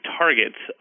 targets